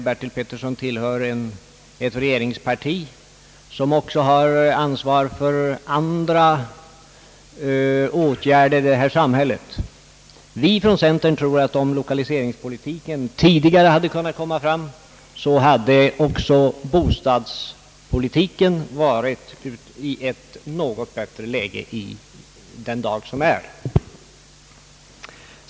Men herr Petersson tillhör ett regeringsparti som också har ansvar för andra åtgärder här i samhället — vi från centern tror att om lokaliseringspolitiken tidigare kunnat komma i gång så hade även bostadspolitiken varit i ett något bättre läge den dag som är.